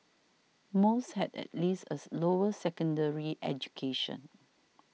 most had at least as lower secondary education